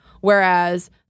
whereas